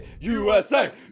USA